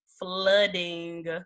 flooding